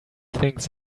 things